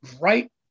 right